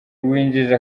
winjije